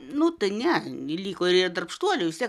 nu tai ne liko ir darbštuolių vistiek